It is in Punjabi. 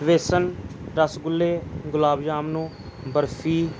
ਵੇਸਨ ਰਸਗੁੱਲੇ ਗੁਲਾਬ ਜਾਮਨੁ ਬਰਫੀ